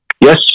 Yes